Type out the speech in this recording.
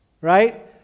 right